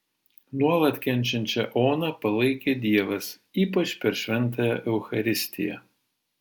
nuolat kenčiančią oną palaikė dievas ypač per šventąją eucharistiją